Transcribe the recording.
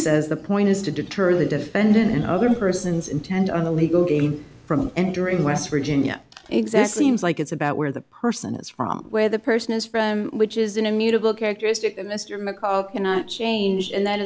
says the point is to deter the defendant and other persons intent on the legal gain from entering west virginia exactly like it's about where the person is from where the person is from which is